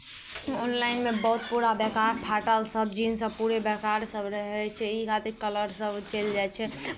ऑनलाइनमे बहुत पूरा बेकार फाटल सभ जीन्ससभ पूरे बेकार सभ रहै छै ई खातिर कलरसभ चलि जाइ छै